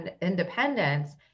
independence